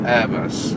Airbus